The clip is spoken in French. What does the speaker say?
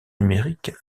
numériques